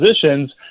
positions